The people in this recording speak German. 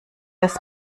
das